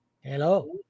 Hello